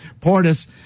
Portis